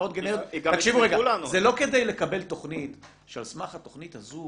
זה לא כדי לקבל תוכנית שעל סמך התוכנית הזו